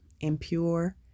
impure